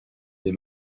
des